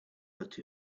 that